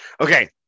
okay